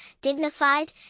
dignified